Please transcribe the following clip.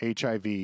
HIV